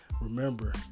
Remember